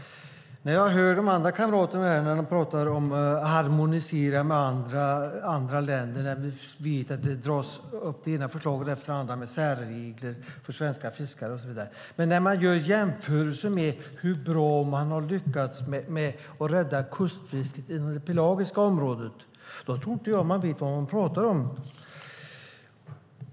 Jag hör de andra kamraterna här prata om att harmonisera med andra länder, och vi vet att det dras upp det ena förslaget efter det andra med särregler för svenska fiskare. Men när man gör jämförelser för att se hur bra man har lyckats rädda kustfisket inom det pelagiska området tror jag inte att man vet vad man pratar om.